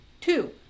Two